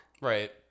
Right